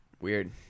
Weird